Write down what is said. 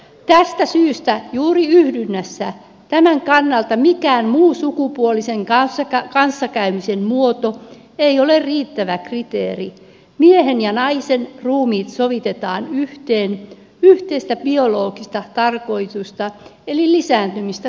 tästä syystä juuri yhdynnässä tämän kannalta mikään muu sukupuolisen kanssakäymisen muoto ei ole riittävä kriteeri miehen ja naisen ruumiit sovitetaan yhteen yhteistä biologista tarkoitusta eli lisääntymistä silmällä pitäen